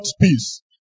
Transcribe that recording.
peace